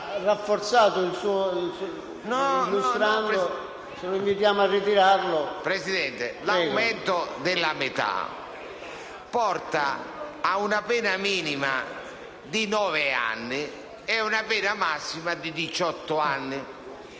Presidente, l'aumento della metà porta ad una pena minima di nove anni e ad una pena massima di diciotto